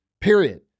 period